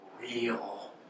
real